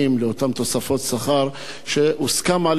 אותן תוספות שכר שהוסכם עליהן,